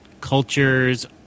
cultures